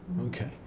Okay